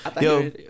Yo